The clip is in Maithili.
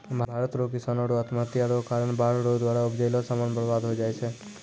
भारत रो किसानो रो आत्महत्या रो कारण बाढ़ रो द्वारा उपजैलो समान बर्बाद होय जाय छै